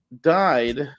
died